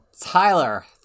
Tyler